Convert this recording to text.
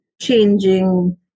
changing